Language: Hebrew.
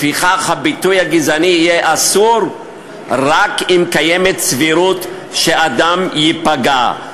לפיכך הביטוי הגזעני יהיה אסור רק אם קיימת סבירות שאדם ייפגע,